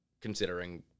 considering